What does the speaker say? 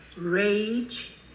rage